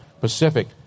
Pacific